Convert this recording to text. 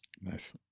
Nice